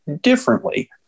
differently